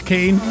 Keen